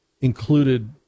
included